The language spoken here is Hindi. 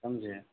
समझे